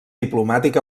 diplomàtic